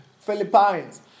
Philippines